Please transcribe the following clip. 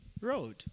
road